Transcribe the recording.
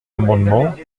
amendement